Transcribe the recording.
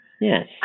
Yes